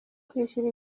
kwishyura